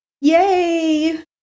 Yay